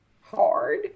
hard